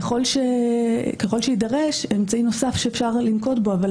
ככל שיידרש אמצעי נוסף שאפשר לנקוט בו אבל